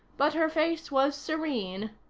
but her face was serene.